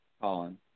Colin